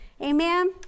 Amen